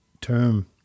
term